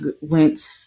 went